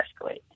escalate